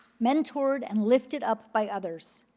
mentored, and lifted up by others.